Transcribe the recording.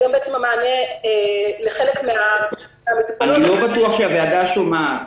היום בעצם המענה לחלק מן המטופלים --- אני לא בטוח שהוועדה שומעת.